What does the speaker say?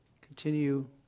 Continue